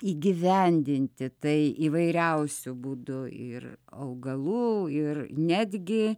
įgyvendinti tai įvairiausiu būdu ir augalų ir netgi